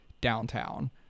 downtown